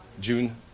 June